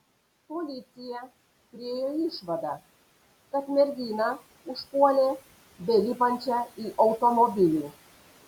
policija priėjo išvadą kad merginą užpuolė belipančią į automobilį